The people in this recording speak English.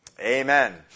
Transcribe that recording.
amen